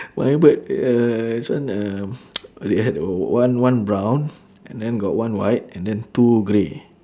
my bird uh this one uh they had o~ one one brown and then got one white and then two grey